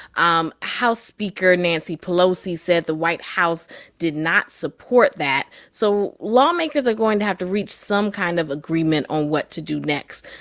um house speaker nancy pelosi said the white house did not support that. so lawmakers are going to have to reach some kind of agreement on what to do next.